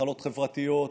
מחלות חברתיות,